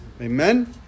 Amen